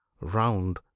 round